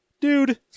Dude